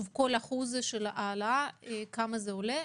כל אחוז של העלאה כמה זה עולה?